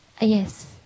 Yes